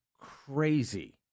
crazy